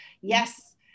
Yes